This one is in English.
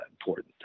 important